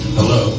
Hello